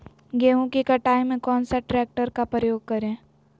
गेंहू की कटाई में कौन सा ट्रैक्टर का प्रयोग करें?